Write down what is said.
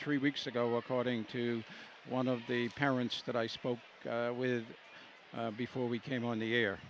three weeks ago according to one of the parents that i spoke with before we came on the air